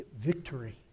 victory